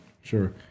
Sure